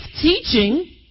teaching